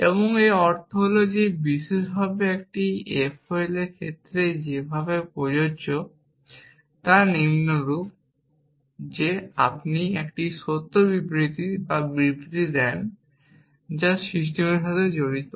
এবং এর অর্থ হল যে বিশেষভাবে এটি F O L এর ক্ষেত্রে যেভাবে প্রযোজ্য তা নিম্নরূপ যে আপনি যদি একটি সত্য বিবৃতি বা বিবৃতি দেন যা সিস্টেমের সাথে জড়িত